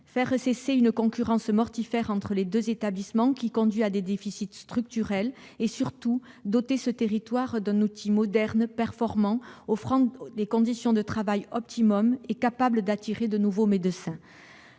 mettre fin à une concurrence mortifère entre les deux établissements, concurrence qui conduit à des déficits structurels, et surtout de doter ce territoire d'un outil moderne, performant et offrant des conditions de travail optimales, à même d'attirer de nouveaux médecins.